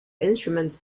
instruments